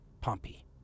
Pompey